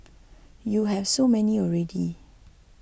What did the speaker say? you have so many already